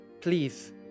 Please